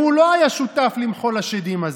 שהוא לא היה שותף למחול השדים הזה,